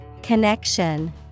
Connection